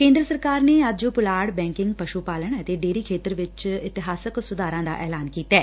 ਕੇਂਦਰ ਸਰਕਾਰ ਨੇ ਅੱਜ ਪੁਲਾੜ ਬੈਕਿੰਗ ਪਸੁ ਪਾਲਣ ਅਤੇ ਡੇਅਰੀ ਖੇਤਰ ਚ ਇਤਿਹਾਸਕ ਸੁਧਾਰਾਂ ਦਾ ਐਲਾਨ ਕੀਤੈ